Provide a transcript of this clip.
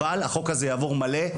אבל החוק הזה יעבור במלואו.